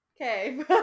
okay